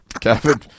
Kevin